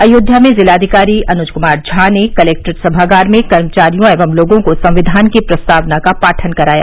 अयोध्या में जिलाधिकारी अनुज कुमार झा ने कलेक्ट्रेट सभागार में कर्मचारियों एवं लोगों को संक्विान की प्रस्तावना का पाठन कराया